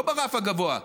לא ברף הגבוה.